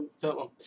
film